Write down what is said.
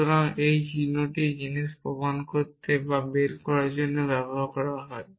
সুতরাং এই চিহ্নটি জিনিস প্রমাণ করতে বা বের করার জন্য ব্যবহার করা হয়